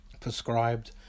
prescribed